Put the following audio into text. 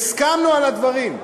והסכמנו על הדברים.